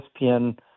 ESPN